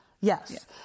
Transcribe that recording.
Yes